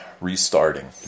Restarting